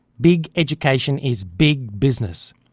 big education is big business,